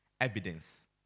Evidence